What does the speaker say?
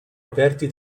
aperti